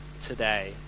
today